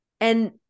and-